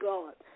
God